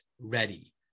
ready